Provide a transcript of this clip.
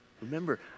Remember